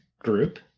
group